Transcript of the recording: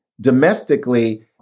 domestically